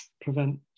prevent